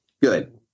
Good